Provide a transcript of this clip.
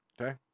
Okay